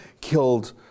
killed